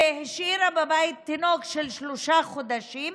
שהשאירה בבית תינוק בן שלושה חודשים,